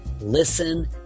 listen